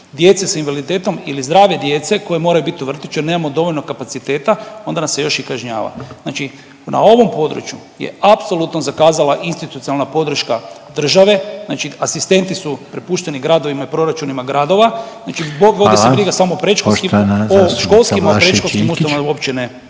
djece sa invaliditetom ili zdrave djece koje moraju bit u vrtiću jer nemamo dovoljno kapaciteta, onda nas se još i kažnjava. Znači na ovom području je apsolutno zakazala institucionalna podrška države, znači asistenti su prepušteni gradovima i proračunima gradova. Znači vodi se briga …/Upadica Reiner: Hvala./… samo o predškolskim, o školskim, a o predškolskim ustanovama uopće ne.